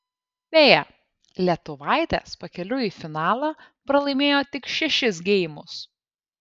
beje lietuvaitės pakeliui į finalą pralaimėjo tik šešis geimus